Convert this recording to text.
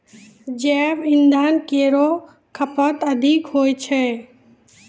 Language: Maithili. जैव इंधन केरो खपत अधिक होय छै